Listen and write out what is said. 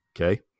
Okay